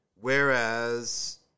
whereas